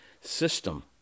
system